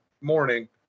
morning